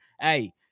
Hey